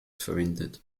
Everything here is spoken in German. verwendet